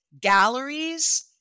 galleries